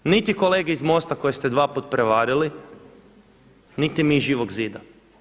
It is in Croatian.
Niti kolege iz MOST-a koje ste dva put prevarili niti mi iz Živog zida.